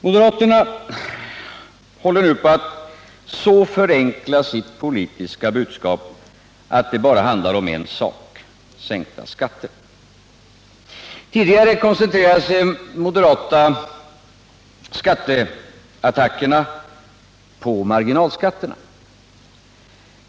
Moderaterna håller nu på att så förenkla sitt politiska budskap att det bara handlar om en sak — sänkta skatter. Tidigare koncentrerade sig de moderata skatteattackerna på marginalskatterna.